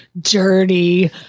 Dirty